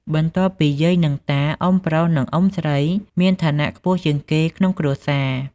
បន្ទាប់ពីយាយ និងតា អ៊ុំប្រុស និងអ៊ុំស្រីមានឋានៈខ្ពស់ជាងគេក្នុងគ្រួសារ។